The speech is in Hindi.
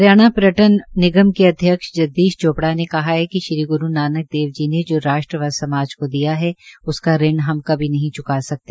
हरियाणा पर्यटन निगम के अध्यक्ष जगदीश चोपड़ा ने कहा है कि श्री ग्रूर नानक देवी जी ने राष्ट व समाज को दिया है उसका ऋण हम कभी नहीं चुका सकते